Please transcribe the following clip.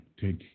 Take